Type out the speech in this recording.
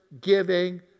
giving